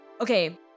Okay